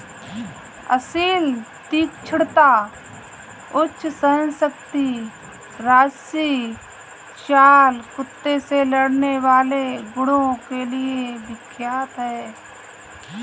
असील तीक्ष्णता, उच्च सहनशक्ति राजसी चाल कुत्ते से लड़ने वाले गुणों के लिए विख्यात है